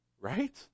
right